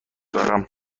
دارم